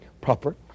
proper